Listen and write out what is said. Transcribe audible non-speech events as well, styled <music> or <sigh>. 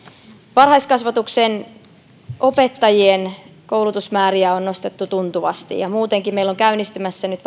varhaiskasvatuksen opettajien koulutusmääriä on nostettu tuntuvasti ja muutenkin meillä on nyt <unintelligible>